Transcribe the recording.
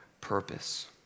purpose